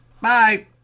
Bye